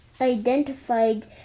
identified